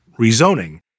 rezoning